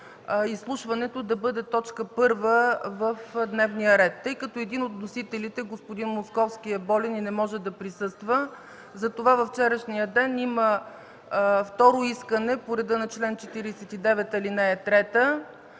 изслушването да бъде като точка първа в дневния ред. Тъй като един от вносителите – господин Московски, е болен и не може да присъства, затова във вчерашния ден има второ искане по реда на чл. 49, ал. 3, вече